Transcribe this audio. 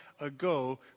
ago